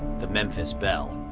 the memphis belle.